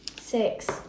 six